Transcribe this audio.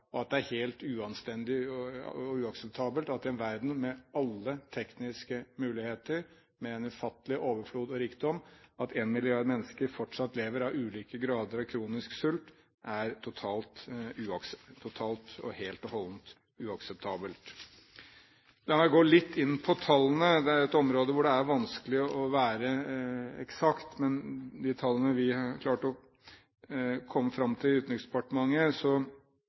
og det er helt uanstendig og uakseptabelt at det i en verden med alle tekniske muligheter, med ufattelig overflod og rikdom, fortsatt lever én milliard mennesker med ulike grader av kronisk sult. Det er helt og holdent uakseptabelt. La meg gå litt inn på tallene. Det er et område hvor det er vanskelig å være eksakt, men de tallene vi klarte å komme fram til i Utenriksdepartementet,